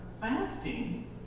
fasting